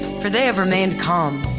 for they have remained calm.